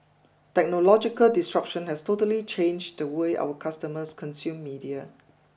technological disruption has totally changed the way our customers consume media